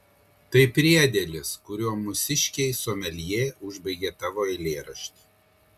tai priedėlis kuriuo mūsiškiai someljė užbaigė tavo eilėraštį